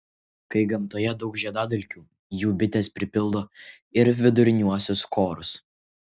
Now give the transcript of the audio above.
kai gamtoje daug žiedadulkių jų bitės pripildo ir viduriniuosius korus